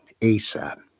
ASAP